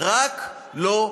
רק לא ביבי,